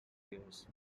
years